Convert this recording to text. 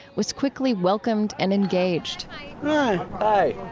was quickly welcomed and engaged hi yeah hi